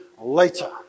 later